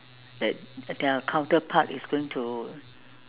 that their counterpart is going to